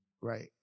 Right